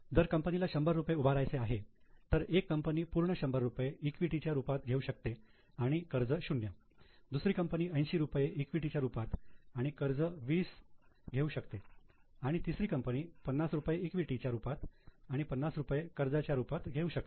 जर कंपनीला शंभर रुपये उभारायचे आहे तर एक कंपनी पूर्ण 100 रुपये ईक्विटी च्या रूपात घेऊ शकते आणि कर्ज 0 दुसरी कंपनी 80 रुपये ईक्विटी च्या रूपात आणि कर्ज 20 घेऊ शकते आणि तिसरी कंपनी 50 रुपये ईक्विटी च्या रूपात आणि 50रुपये कर्जाच्या रुपात घेऊ शकते